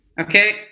Okay